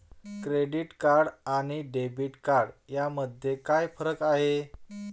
Credit card आणि debit card यामध्ये काय फरक आहे?